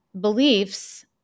beliefs